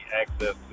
access